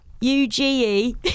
U-G-E